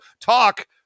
talk